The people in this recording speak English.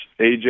AJ